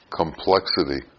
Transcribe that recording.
complexity